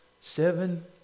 seven